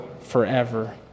forever